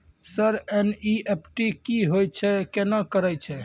Sir NEFT की होय छै, केना करे छै?